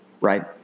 Right